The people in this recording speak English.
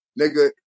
nigga